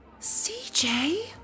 CJ